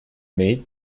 made